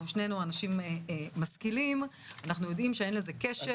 שנינו אנשים משכילים ואנחנו יודעים שאין לזה קשר,